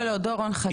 דורון חכה.